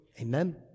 amen